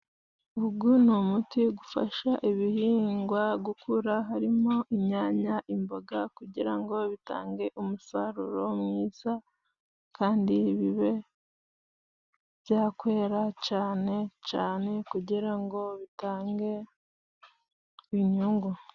Ugu ni umuti gufasha ibihingwa gukura harimo inyanya, imboga kugira ngo bitange umusaruro mwiza, kandi bibe byakwera cane cane kugira ngo bitange inyungu.